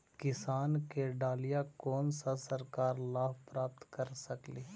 किसान के डालीय कोन सा सरकरी लाभ प्राप्त कर सकली?